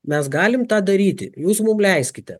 mes galim tą daryti jūs mum leiskite